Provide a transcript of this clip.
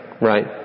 right